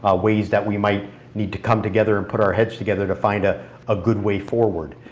ah ways that we might need to come together and put our heads together to find a ah good way forward.